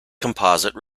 composite